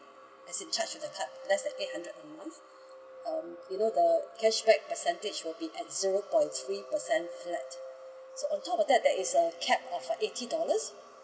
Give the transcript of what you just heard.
as in charge in the card less than eight hundred a month um you know the cashback percentage will be at zero point three percent flat so on top of that there is a cap of eighty dollars